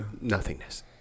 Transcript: nothingness